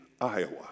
Iowa